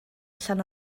allan